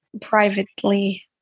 privately